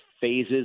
phases